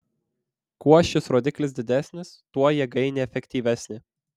kuo šis rodiklis didesnis tuo jėgainė efektyvesnė